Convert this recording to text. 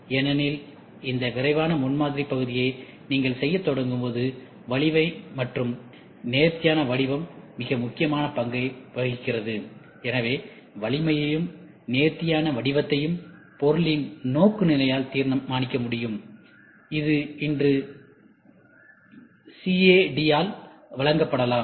ஏனெனில் இந்த விரைவான முன்மாதிரி பகுதியை நீங்கள் செய்யத் தொடங்கும் போது வலிமை மற்றும் நேர்த்தியானவடிவம் மிக முக்கியமான பங்கை வகிக்கிறது எனவே வலிமையையும் நேர்த்தியானவடிவத்தையும் பொருளின் நோக்குநிலையால் தீர்மானிக்க முடியும் இது இன்று சிஏடியால் வழங்கப்படலாம்